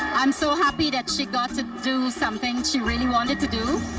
i'm so happy that she got to do something she really wanted to do,